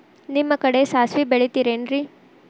ನಿಮ್ಮ ಕಡೆ ಸಾಸ್ವಿ ಬೆಳಿತಿರೆನ್ರಿ?